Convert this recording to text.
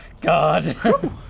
God